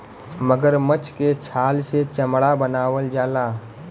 मगरमच्छ के छाल से चमड़ा बनावल जाला